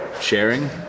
sharing